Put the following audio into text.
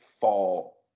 fall